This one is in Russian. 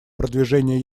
продвижения